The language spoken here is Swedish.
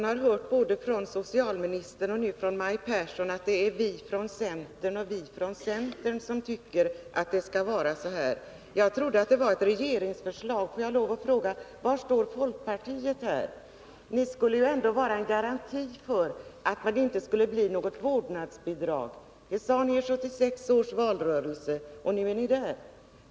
Herr talman! Både socialministern och Maj Pehrsson har sagt att det är centern som tycker att det skall vara så här. Jag trodde att det var ett regeringsförslag. Får jag lov att fråga: Var står folkpartiet? Ni skulle ju ändå garantera att det inte skulle bli något vårdnadsbidrag. Det sade ni i 1976 års valrörelse, men nu är ni med på förslaget.